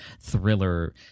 thriller